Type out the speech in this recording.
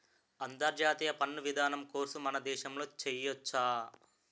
అంతర్జాతీయ పన్ను విధానం కోర్సు మన దేశంలో చెయ్యొచ్చా